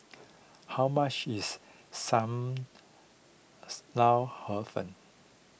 how much is Sam Lau Hor Fun